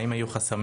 והאם היו חסמים,